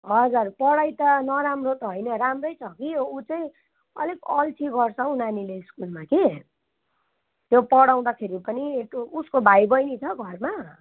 हजार पढाइ त नराम्रो त होइन राम्रै छ कि उ चाहिँ अलिक अल्छी गर्छ हौ नानीले स्कुलमा कि त्यो पढाउँदाखेरि पनि टो उसको भाइ बहिनी छ घरमा